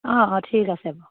অঁ অঁ ঠিক আছে বাৰু